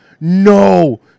No